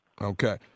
Okay